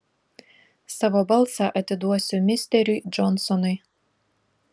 savo balsą atiduosiu misteriui džonsonui